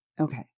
Okay